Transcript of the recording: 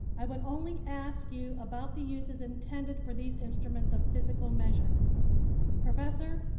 i would only ask you about the uses intended for these instruments of physical measure professor,